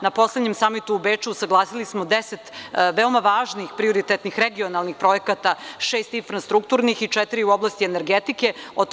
Na poslednjem Samitu u Beču, usaglasili smo 10 veoma važnih prioritetnih, regionalnih projekata, šest infrastrukturnih i četiri u oblasti energetike.